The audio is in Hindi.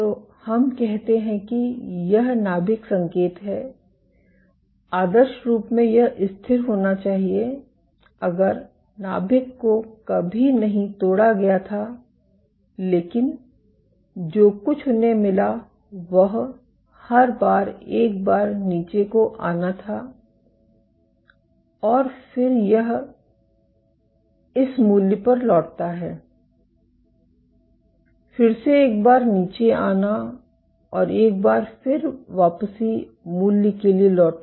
तो हम कहते हैं कि यह नाभिक संकेत है आदर्श रूप में यह स्थिर होना चाहिए अगर नाभिक को कभी नहीं तोड़ा गया था लेकिन जो कुछ उन्हें मिला वह हर बार एक बार नीचे को आना था और फिर यह इस मूल्य पर लौटता है फिर से एक बार नीचे आना और एक बार फिर वापसी मूल्य के लिए लौटना